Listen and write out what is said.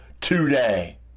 today